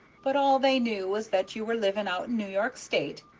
but all they knew was that you were living out in new york state.